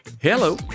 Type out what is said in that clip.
Hello